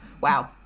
Wow